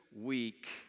week